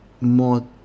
more